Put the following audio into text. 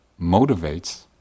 motivates